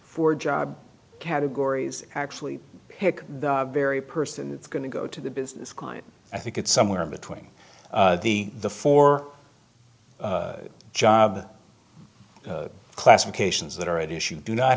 four job categories actually pick the very person that's going to go to the business client i think it's somewhere in between the the four job classifications that are at issue do not